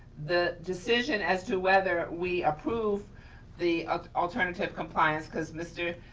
the decision as to whether we approve the alternative compliance, cause mr.